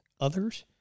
others